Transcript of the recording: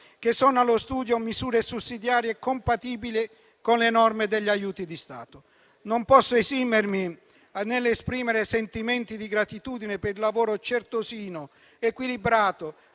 che sono allo studio misure sussidiarie e compatibili con le norme degli aiuti di Stato. Non posso esimermi dall'esprimere sentimenti di gratitudine per il lavoro certosino, equilibrato,